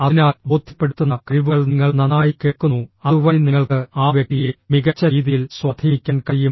അതിനാൽ ബോധ്യപ്പെടുത്തുന്ന കഴിവുകൾ നിങ്ങൾ നന്നായി കേൾക്കുന്നു അതുവഴി നിങ്ങൾക്ക് ആ വ്യക്തിയെ മികച്ച രീതിയിൽ സ്വാധീനിക്കാൻ കഴിയും